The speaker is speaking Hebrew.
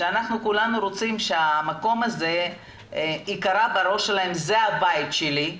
שכולנו רוצים שהמקום הזה ייקרא בראש שלהם שזה הבית שלהם,